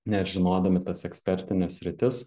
nes žinodami tas ekspertines sritis